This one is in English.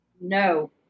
No